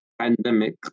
pandemic